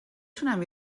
تونم